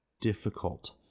difficult